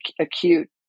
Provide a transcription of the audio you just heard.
acute